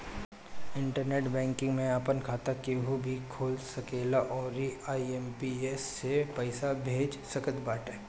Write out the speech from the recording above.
internet banking में आपन खाता केहू भी खोल सकेला अउरी आई.एम.पी.एस से पईसा भेज सकत बाटे